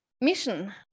mission